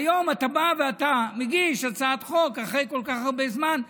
היום אתה בא ומגיש הצעת חוק אחרי כל כך הרבה זמן,